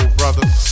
brothers